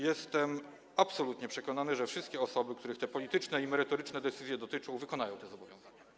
Jestem absolutnie przekonany, że wszystkie osoby, których te polityczne i merytoryczne decyzje dotyczą, wykonają te zobowiązania.